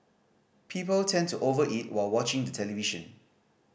people tend to over eat while watching the television